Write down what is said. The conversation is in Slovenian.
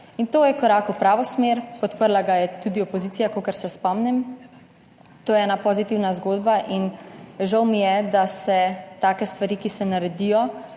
to je korak v pravo smer. Podprla ga je tudi opozicija, kolikor se spomnim. To je ena pozitivna zgodba in žal mi je, da se take stvari, ki se naredijo,